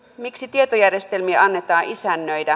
miksi tietojärjestelmien annetaan isännöidä